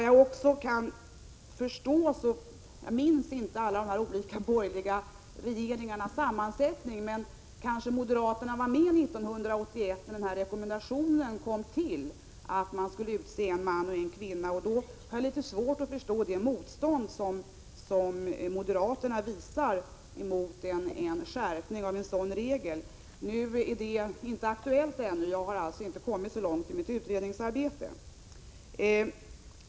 Jag minns inte vilken sammansättning de olika borgerliga regeringarna har haft, men kanske var moderaterna med 1981, när rekommendationen kom till om att man skulle utse både en man och en kvinna. Då har jag litet svårt att förstå det motstånd som moderaterna visar mot en skärpning av en sådan regel, även om detta inte är aktuellt ännu — jag har inte kommit så långt i mitt utredningsarbete.